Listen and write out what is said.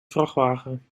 vrachtwagen